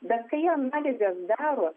bet kai analizes daro